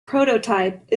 prototype